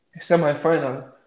semi-final